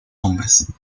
hombres